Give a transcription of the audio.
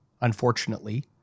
Unfortunately